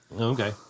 Okay